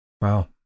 wow